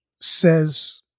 says